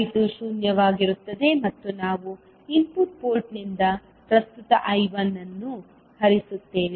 I2 ಶೂನ್ಯವಾಗಿರುತ್ತದೆ ಮತ್ತು ನಾವು ಇನ್ಪುಟ್ ಪೋರ್ಟ್ನಿಂದ ಪ್ರಸ್ತುತ I1 ಅನ್ನು ಹರಿಸುತ್ತೇವೆ